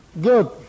Good